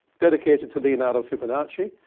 dedicated to leonardo fibonacci.